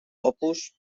opus